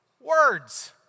Words